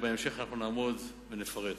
בהמשך אנחנו נעמוד על כך ונפרט.